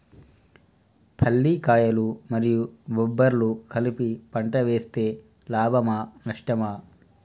పల్లికాయలు మరియు బబ్బర్లు కలిపి పంట వేస్తే లాభమా? నష్టమా?